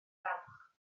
dawch